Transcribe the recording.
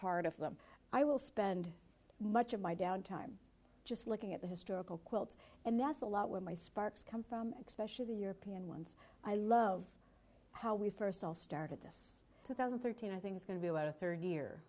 part of i will spend much of my down time just looking at the historical quilts and that's a lot when my sparks come from specially the european ones i love how we first started this two thousand and thirteen i think it's going to be about a third year